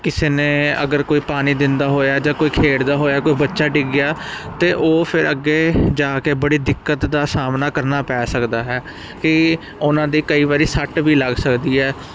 ਕਿਸੇ ਨੇ ਅਗਰ ਕੋਈ ਪਾਣੀ ਦਿੰਦਾ ਹੋਇਆ ਜਾਂ ਕੋਈ ਖੇਡਦਾ ਹੋਇਆ ਕੋਈ ਬੱਚਾ ਡਿੱਗ ਗਿਆ ਤਾਂ ਉਹ ਫਿਰ ਅੱਗੇ ਜਾ ਕੇ ਬੜੀ ਦਿੱਕਤ ਦਾ ਸਾਹਮਣਾ ਕਰਨਾ ਪੈ ਸਕਦਾ ਹੈ ਕਿ ਉਹਨਾਂ ਦੇ ਕਈ ਵਾਰੀ ਸੱਟ ਵੀ ਲੱਗ ਸਕਦੀ ਹੈ